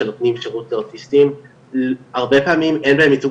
שנותנים שירות לאוטיסטים הרבה פעמים אין להם ייצוג